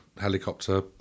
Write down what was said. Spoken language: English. helicopter